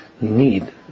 Need